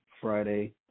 friday